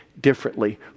differently